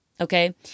Okay